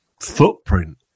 footprint